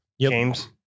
James